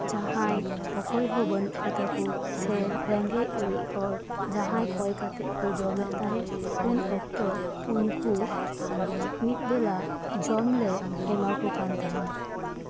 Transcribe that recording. ᱡᱟᱸᱦᱟᱭ ᱚᱠᱚᱭᱦᱚᱸ ᱵᱟᱹᱱᱩᱜ ᱠᱚᱛᱟᱠᱚ ᱥᱮ ᱨᱮᱸᱜᱮᱪ ᱚᱨᱮᱡ ᱦᱚᱲ ᱡᱟᱸᱦᱟᱭ ᱠᱚᱭ ᱠᱟᱛᱮᱜ ᱠᱚ ᱡᱚᱢᱮᱫ ᱛᱟᱸᱦᱮᱜ ᱩᱱ ᱚᱠᱛᱚ ᱩᱱᱠᱩ ᱢᱤᱫ ᱵᱮᱞᱟ ᱡᱚᱢᱞᱮ ᱮᱱᱟ ᱠᱚ ᱠᱟᱱ ᱛᱟᱸᱦᱮᱜ